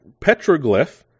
Petroglyph